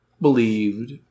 believed